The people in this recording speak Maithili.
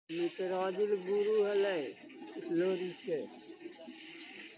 सामुदायिक बैंक के आमतौर पर पैघ बैंक जकां शाखा नेटवर्क नै होइ छै